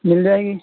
مل جائے گی